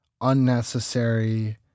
unnecessary